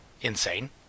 insane